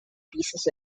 pieces